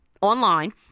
online